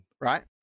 right